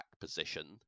position